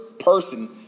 person